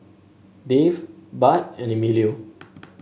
David Budd and Emilio